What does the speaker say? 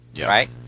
right